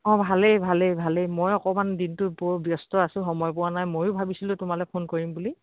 অঁ ভালেই ভালেই ভালেই মই অকমান দিনটো বৰ ব্যস্ত আছোঁ সময় পোৱা নাই ময়ো ভাবিছিলোঁ তোমালে ফোন কৰিম বুলি